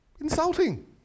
insulting